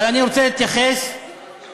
אבל אני רוצה להתייחס לדברים,